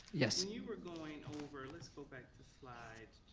yes you were going over, let's go back to slides,